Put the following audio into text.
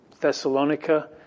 Thessalonica